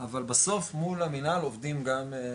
אבל בסוף מול המינהל עובדים גם,